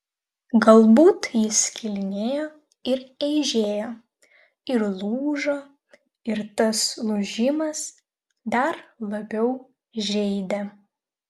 galbūt jis skilinėjo ir eižėjo ir lūžo ir tas lūžimas dar labiau žeidė